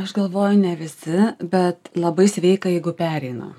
aš galvoju ne visi bet labai sveika jeigu pereina